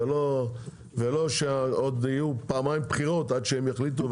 ולא שיהיו פעמיים בחירות עד שהם יחליטו,